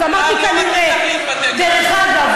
אמרתי "כנראה".